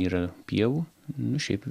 yra pievų nu šiaip